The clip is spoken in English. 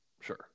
Sure